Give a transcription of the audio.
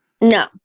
No